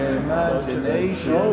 imagination